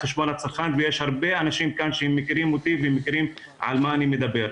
ויש הרבה אנשים כאן שמכירים אותי ומכירים על מה אני מדבר.